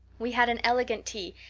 we had an elegant tea,